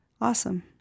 Awesome